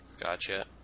Gotcha